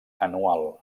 anual